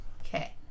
Okay